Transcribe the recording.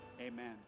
Amen